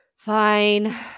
Fine